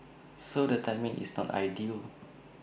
so the timing is not ideal